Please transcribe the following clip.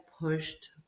pushed